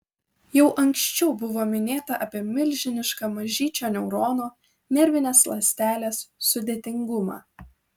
jau anksčiau buvo minėta apie milžinišką mažyčio neurono nervinės ląstelės sudėtingumą